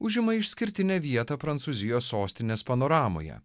užima išskirtinę vietą prancūzijos sostinės panoramoje